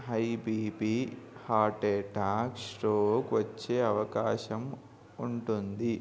high B P heart attack stroke వచ్చే అవకాశం ఉంటుంది